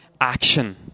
action